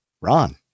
Ron